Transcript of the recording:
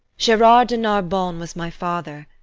gerard de narbon was my father,